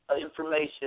information